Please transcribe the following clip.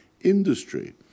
industry